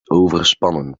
overspannen